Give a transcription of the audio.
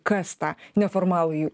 kas tą neformalųjį